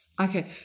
Okay